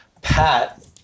Pat